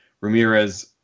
Ramirez